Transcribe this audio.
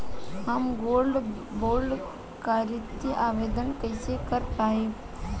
हम gold bond करतिं आवेदन कइसे कर पाइब?